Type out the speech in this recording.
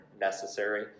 necessary